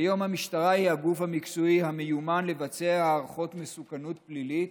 כיום המשטרה היא הגוף המקצועי המיומן לבצע הערכות מסוכנות פלילית